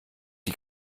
die